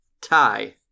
tie